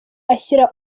ashyira